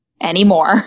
anymore